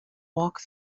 walk